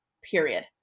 Period